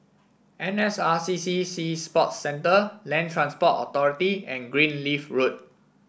N S R C C Sea Sports Centre Land Transport Authority and Greenleaf Road